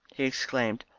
he exclaimed.